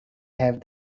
have